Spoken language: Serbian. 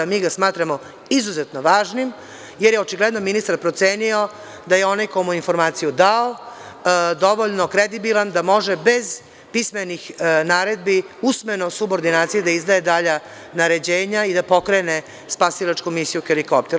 Mi ga smatramo izuzetno važnim, jer je očigledno ministar procenio da je onaj ko mu je informaciju dao, dovoljno kredibilan da može bez pismenih naredbi, usmeno u subordinaciji da izdaje dalja naređenja i da pokrene spasilačku misiju „Helikopter“